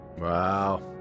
Wow